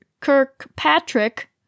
Kirkpatrick